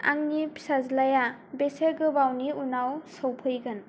आंनि फिसाज्लाया बेसे गोबावनि उनाव सौफैगोन